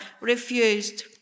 refused